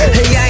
Hey